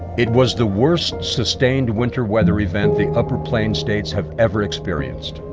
it was the worst sustained winter weather event the upper plain states have ever experienced.